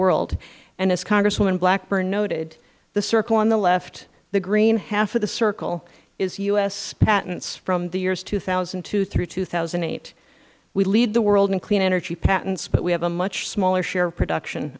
world and as congresswoman blackburn noted the circle on the left the green half of the circle is u s patents from the years two thousand and two through two thousand and eight we lead the world in clean energy patents but we have a much smaller share of production